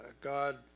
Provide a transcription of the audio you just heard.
God